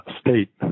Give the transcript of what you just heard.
state